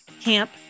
Camp